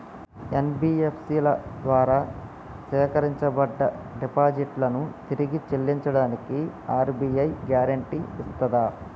NBFC ల ద్వారా సేకరించబడ్డ డిపాజిట్లను తిరిగి చెల్లించడానికి ఆర్.బి.ఐ గ్యారెంటీ ఇస్తదా?